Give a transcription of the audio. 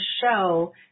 show